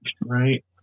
right